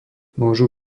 môžu